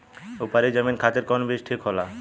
उपरी जमीन खातिर कौन बीज ठीक होला?